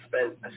spent